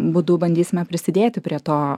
būdu bandysime prisidėti prie to